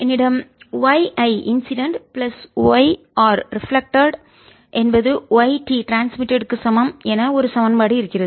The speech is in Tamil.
என்னிடம் y I incident plus yR reflected பிரதிபலிக்கும் என்பது yT ட்ரான்ஸ்மிட்டட் க்கு சமம் என ஒரு சமன்பாடு இருக்கிறது